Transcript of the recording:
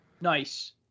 Nice